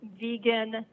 vegan